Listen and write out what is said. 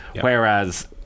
Whereas